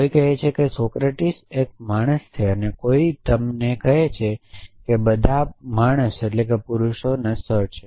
કોઈક કહે છે કે સોક્રેટીસ એક માણસ છે અને કોઈ તમને કહે છે કે બધા પુરુષો નશ્વર છે